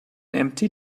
empty